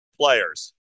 players